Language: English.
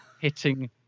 hitting